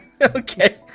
Okay